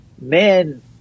Men